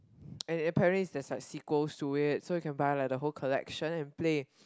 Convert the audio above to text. and apparently there's like sequels to it so you can buy like the whole collection and play